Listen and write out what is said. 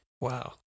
Wow